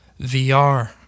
VR